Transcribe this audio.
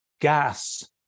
gas